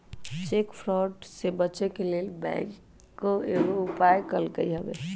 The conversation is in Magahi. चेक फ्रॉड से बचे के लेल बैंकों कयगो उपाय कलकइ हबे